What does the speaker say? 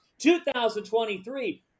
2023